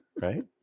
Right